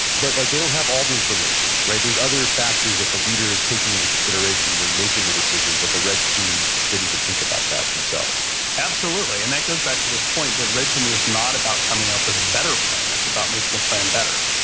but like they don't have all the information, right? there's other factors that the leader is taking into consideration when making the decision, but the red team didn't even think about that themselves absolutely. and that goes back to this point that red teaming is not about coming up with a better plan. it's about making the plan better.